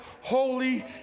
holy